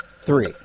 three